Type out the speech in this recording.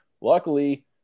Luckily